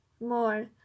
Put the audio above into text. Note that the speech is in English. more